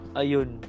ayun